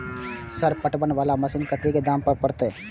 Sir पटवन वाला machine के कतेक दाम परतें?